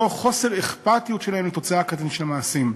תוך חוסר אכפתיות שלהם לתוצאה הקטלנית של המעשים.